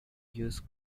use